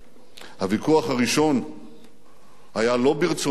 הוויכוח הראשון היה לא ברצוננו להיות,